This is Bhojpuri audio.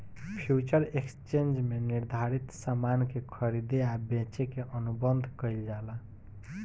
फ्यूचर एक्सचेंज में निर्धारित सामान के खरीदे आ बेचे के अनुबंध कईल जाला